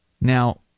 Now